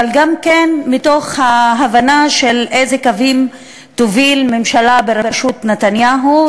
אבל גם מתוך ההבנה של איזה קווים תוביל ממשלה בראשות נתניהו,